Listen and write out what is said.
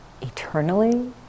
eternally